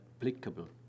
applicable